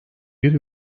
bir